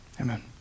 Amen